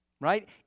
right